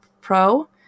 Pro